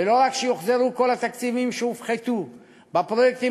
ולא רק שיוחזרו כל התקציבים שהופחתו בפרויקטים